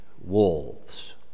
wolves